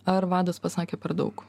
ar vadas pasakė per daug